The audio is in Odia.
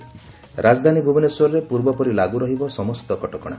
ରାଜଧାନୀ ଭୁବନେଶ୍ୱରରେ ପୂର୍ବପରି ଲାଗୁ ରହିବ ସମସ୍ତ କଟକଶା